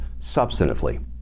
substantively